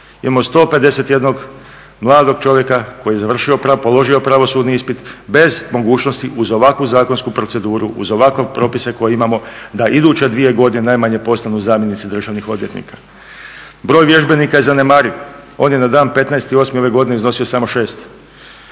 Imamo 151 mladog čovjeka koji je završio, položio pravosudni ispit bez mogućnosti uz ovakvu zakonsku proceduru, uz ovakve propise koje imamo da iduće 2 godine najmanje postanu zamjenici državnih odvjetnika. Broj vježbenika je zanemariv, on je na dan 15.8. ove godine iznosio samo 6.